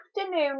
Afternoon